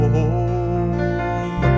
home